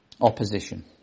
opposition